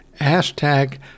Hashtag